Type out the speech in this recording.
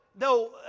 no